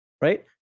Right